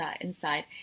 inside